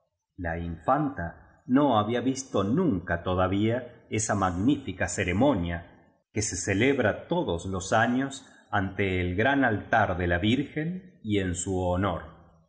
la infanta no había visto nunca todavía esa magnífica ceremonia que se celebra todos los años ante el gran altar de la virgen y en su honor